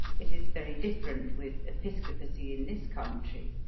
it is very different with episcopacy in this country.